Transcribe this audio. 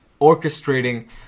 orchestrating